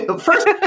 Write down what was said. First